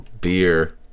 beer